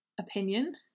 opinion